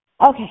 Okay